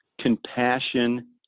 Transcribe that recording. compassion